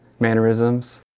mannerisms